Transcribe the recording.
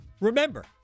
Remember